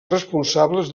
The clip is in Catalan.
responsables